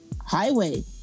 highway